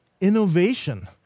innovation